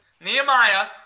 Nehemiah